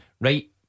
Right